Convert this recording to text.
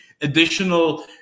additional